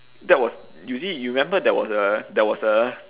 that was you see you remember there was a there was a